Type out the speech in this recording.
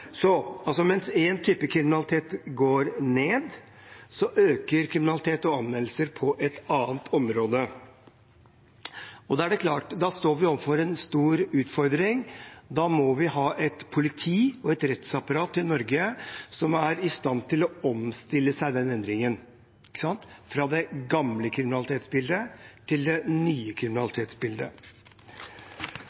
Mens én type kriminalitet går ned, øker kriminalitet og anmeldelser på et annet område. Vi står overfor en stor utfordring, vi må ha et politi og et rettsapparat i Norge som er i stand til å omstille seg etter den endringen – fra det gamle kriminalitetsbildet til det nye